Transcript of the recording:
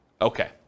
Okay